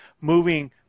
moving